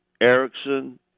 Erickson